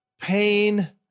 pain